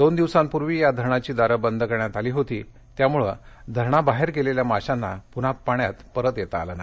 दोन दिवसापूर्वी या धरणाची दारे बंद करण्यात आली होती त्यामुळे धरणाबाहेर गेलेल्या माशांना पुन्हा परत येता आले नाही